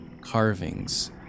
carvings